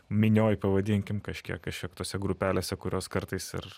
minioje pavadinkime kažkiek kažkiek tose grupelėse kurios kartais ir